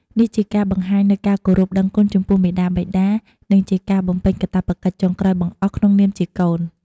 នេះជាការបង្ហាញនូវការគោរពដឹងគុណចំពោះមាតាបិតា និងជាការបំពេញកាតព្វកិច្ចចុងក្រោយបង្អស់ក្នុងនាមជាកូន។